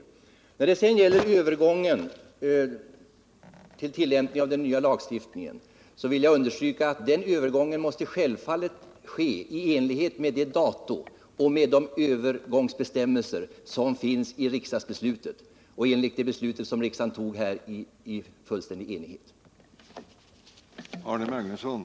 I vad det sedan gäller tillämpningen av den nya lagstiftningen vill jag understryka att övergången från den gamla lagstiftningen till den nya självfallet måste ske på det datum och i enlighet med de övergångsbestämmelser som finns intagna i riksdagsbeslutet.